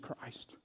Christ